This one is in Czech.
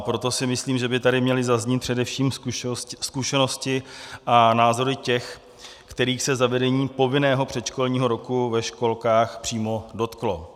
Proto si myslím, že by tady měly zaznít především zkušenosti a názory těch, kterých se zavedení povinného předškolního roku ve školkách přímo dotklo.